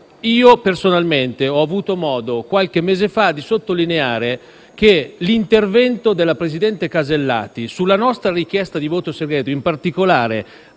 Personalmente ho avuto modo, qualche mese fa, di sottolineare che un intervento della presidente Alberti Casellati su una nostra richiesta di voto segreto, in particolare